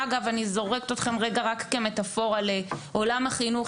אני זורקת אתכם לרגע לעולם החינוך.